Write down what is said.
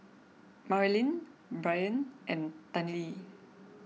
Marilyn Brien and Tennille